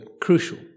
crucial